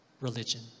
religion